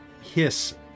hiss